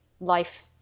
life